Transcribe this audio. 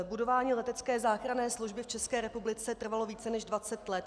Budování letecké záchranné služby v České republice trvalo více než 20 let.